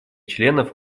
членов